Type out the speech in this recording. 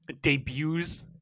debuts